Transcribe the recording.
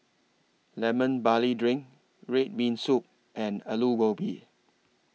Lemon Barley Drink Red Bean Soup and Aloo Gobi